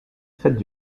faites